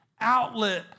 outlet